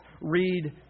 read